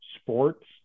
sports